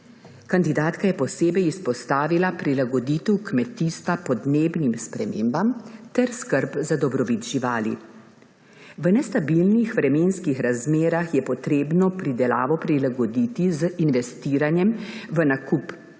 Kandidatka je posebej izpostavila prilagoditev kmetijstva podnebnim spremembam ter skrb za dobrobit živali. V nestabilnih vremenskih razmerah je treba pridelavo prilagoditi z investiranjem v nakup